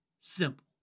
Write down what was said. Simple